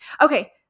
Okay